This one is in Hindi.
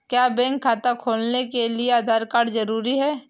क्या बैंक खाता खोलने के लिए आधार कार्ड जरूरी है?